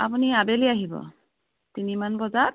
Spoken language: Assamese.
আপুনি আবেলি আহিব তিনিমান বজাত